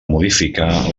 modificar